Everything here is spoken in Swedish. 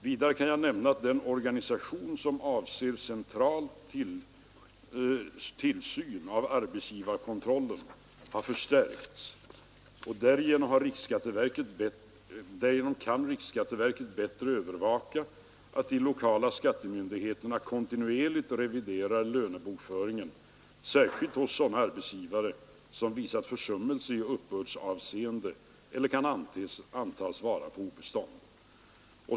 Vidare kan jag nämna att den organisation som avser central tillsyn av arbetsgivarkontrollen har förstärkts. Därigenom kan riksskatteverket bättre övervaka att de lokala skattemyndigheterna kontinuerligt reviderar lönebokföringen särskilt hos sådana arbetsgivare som visat försummelse i uppbördsavseende eller kan antas vara på obestånd.